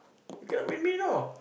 you cannot win me you know